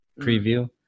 preview